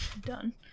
done